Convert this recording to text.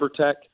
tech